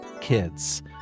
kids